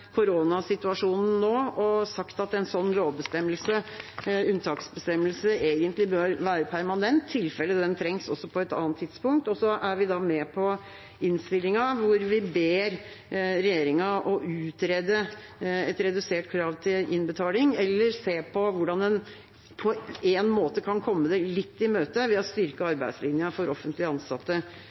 nå og sagt at en sånn lovbestemmelse, unntaksbestemmelse, egentlig bør være permanent, i tilfelle den trengs også på et annet tidspunkt. Og så er vi med på innstillinga, hvor vi ber regjeringa om å utrede et redusert krav til innbetaling, eller se på hvordan en på én måte kan komme det litt i møte ved å styrke arbeidslinja for offentlige ansatte